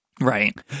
Right